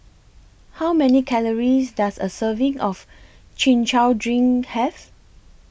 How Many Calories Does A Serving of Chin Chow Drink Have